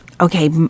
okay